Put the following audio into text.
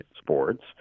Sports